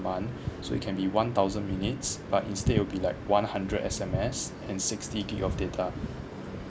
month so it can be one thousand minutes but instead it'll be like one hundred S_M_S and sixty gigabyte of data